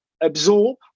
absorb